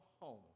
home